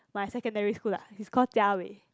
my secondary school lah he's call jia wei